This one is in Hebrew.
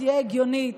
שתהיה הגיונית,